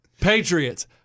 Patriots